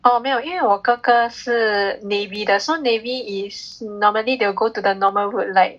oh 没有因为我哥哥是 navy 的 so navy is normally they will go to the normal route like